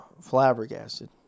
flabbergasted